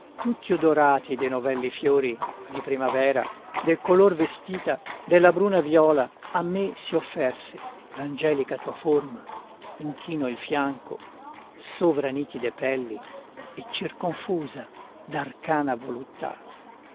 tutti odorati de novelli fiori di primavera del color vestita della bruna viola a me si offerse l'angelica tua forma inchino il fianco sovra nitide pelli e circonfusa d'arcana voluttà